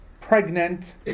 pregnant